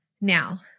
Now